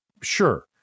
Sure